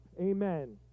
Amen